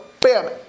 bam